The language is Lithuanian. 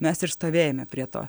mes ir stovėjome prie to